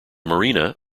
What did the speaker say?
marina